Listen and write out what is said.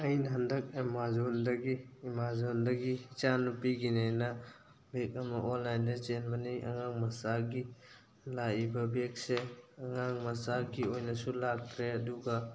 ꯑꯩꯅ ꯍꯟꯗꯛ ꯑꯦꯃꯥꯖꯣꯟꯗꯒꯤ ꯑꯦꯃꯥꯖꯣꯟꯗꯒꯤ ꯏꯆꯥ ꯅꯨꯄꯤꯒꯤꯅꯦꯅ ꯕꯦꯛ ꯑꯃ ꯑꯣꯟꯂꯥꯏꯟꯗ ꯆꯦꯟꯕꯅꯤ ꯑꯉꯥꯡ ꯃꯆꯥꯒꯤ ꯂꯥꯛꯏꯕ ꯕꯦꯛꯁꯦ ꯑꯉꯥꯡ ꯃꯆꯥꯒꯤ ꯑꯣꯏꯅꯁꯨ ꯂꯥꯛꯇ꯭ꯔꯦ ꯑꯗꯨꯒ